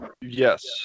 Yes